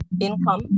income